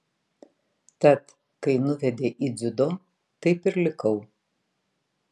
tad kai nuvedė į dziudo taip ir likau